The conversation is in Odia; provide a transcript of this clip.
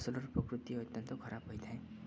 ଫସଲର ପ୍ରକୃତି ଅତ୍ୟନ୍ତ ଖରାପ ହୋଇଥାଏ